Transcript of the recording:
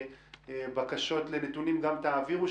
בקשות לנתונים גם תעבירו,